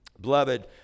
Beloved